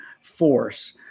force